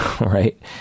right